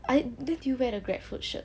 I did you wear the grab food shirt